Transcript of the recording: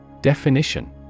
Definition